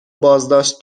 بازداشت